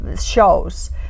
shows